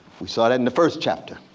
we saw that in the first chapter.